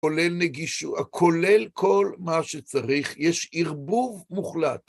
כולל נגישו-, כולל כל מה שצריך, יש ערבוב מוחלט.